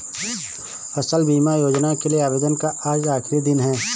फसल बीमा योजना के लिए आवेदन का आज आखरी दिन है